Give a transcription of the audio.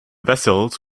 vessels